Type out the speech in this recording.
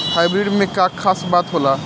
Hybrid में का खास बात होला?